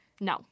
No